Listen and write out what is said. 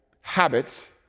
habits